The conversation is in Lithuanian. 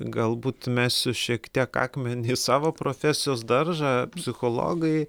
galbūt mesiu šiek tiek akmenį į savo profesijos daržą psichologai